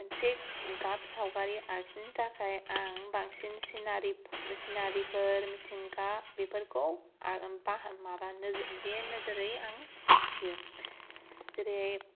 मोनसे गाब सावगारि आखिनो थाखाय आं बांसिन सिनारि सिनारिफोर मिथिंगा बेफोरखौ आं बा माबा नोजोर बे नोजोरै आं आखियो जेरै